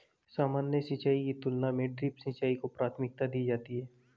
सामान्य सिंचाई की तुलना में ड्रिप सिंचाई को प्राथमिकता दी जाती है